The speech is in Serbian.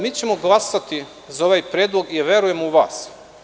Mi ćemo glasati za ovaj predlog i verujemo u vas.